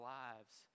lives